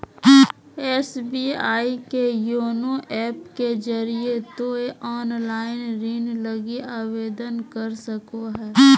SBI के YONO app के जरिए तोय ऑनलाइन ऋण लगी आवेदन कर सको हो